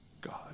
God